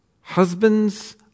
Husbands